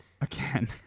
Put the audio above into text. Again